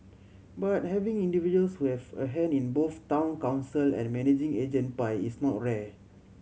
but having individuals who have a hand in both Town Council and managing agent pie is not rare